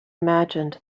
imagined